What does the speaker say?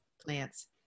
plants